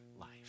life